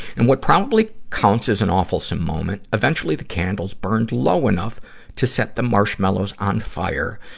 and what probably counts as an awfulsome moment eventually the candles burned low enough to set the marshmallows on fire,